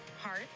heart